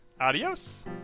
Adios